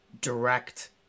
direct